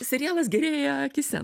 serialas gerėja akyse